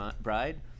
Bride